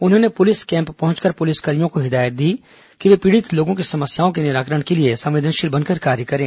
उन्होंने police camp पहुंचकर पुलिसकर्मियों को हिदायत दी कि वे पीड़ित लोगों की समस्याओं के निराकरण के लिए संवेदनशील बनकर कार्य करें